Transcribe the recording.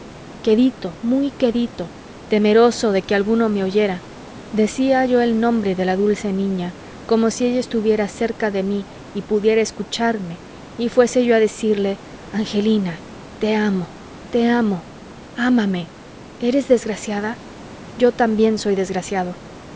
quedito muy quedito temeroso de que alguno me oyera decía yo el nombre de la dulce niña como si ella estuviera cerca de mí y pudiera escucharme y fuese yo a decirle angelina te amo te amo ámame eres desgraciada yo también soy desgraciado